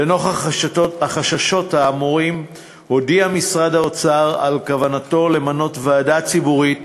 לנוכח החששות האמורים הודיע משרד האוצר על כוונתו למנות ועדה ציבורית